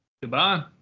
Goodbye